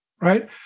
right